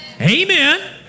Amen